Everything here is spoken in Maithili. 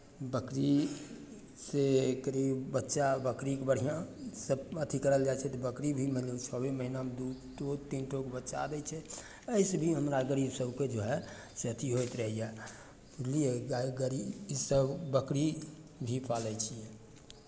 बकरीसँ करीब बच्चा बकरीके बढ़िआँसँ अथि करल जाइ छै जे बकरी भी मानि लियौ छओए महीनामे दू ठो तीन ठो बच्चा दै छै एहिसँ भी हमरा गरीब सभकेँ जो हए से अथि होइत रहैए बुझलियै गाय गरी इसभ बकरी भी पालै छी